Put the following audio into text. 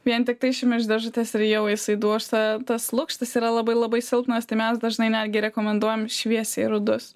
vien tiktai išimi iš dėžutės ir jau jisai dūžta tas lukštas yra labai labai silpnas tai mes dažnai netgi rekomenduojam šviesiai rudus